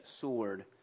sword